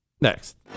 Next